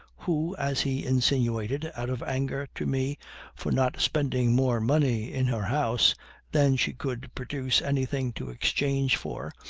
who, as he insinuated, out of anger to me for not spending more money in her house than she could produce anything to exchange for,